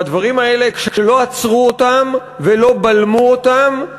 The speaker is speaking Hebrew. והדברים האלה, כשלא עצרו אותם ולא בלמו אותם,